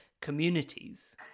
communities